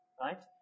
right